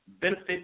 benefit